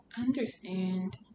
understand